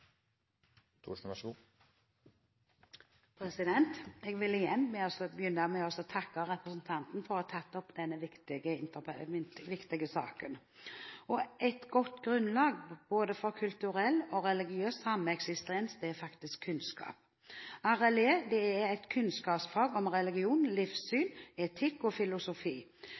for å ha tatt opp denne viktige saken. Et godt grunnlag for både kulturell og religiøs sameksistens er faktisk kunnskap. RLE er et kunnskapsfag om religion, livssyn, etikk og filosofi,